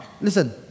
listen